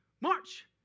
march